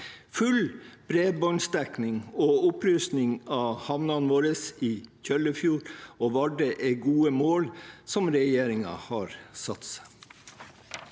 Full bredbåndsdekning og opprusting av havnene i Kjøllefjord og Vardø er gode mål som regjeringen har satset